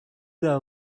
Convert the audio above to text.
that